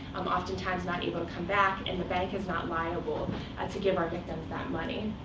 um oftentimes not able to come back, and the bank is not liable to give our victims that money.